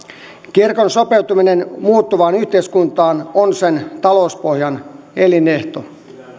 kirkon sopeutuminen muuttuvaan yhteiskuntaan on sen talouspohjan elinehto